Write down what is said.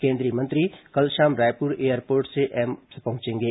केंद्रीय मंत्री कल शाम रायपुर एयरपोर्ट से एम्स पहुंचेंगे